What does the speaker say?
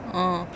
ah